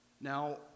Now